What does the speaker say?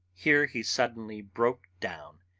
here he suddenly broke down,